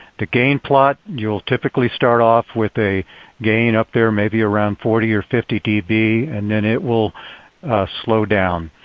the gain plot, you'll typically start off with a gain up there maybe around forty or fifty db and then it will slow down.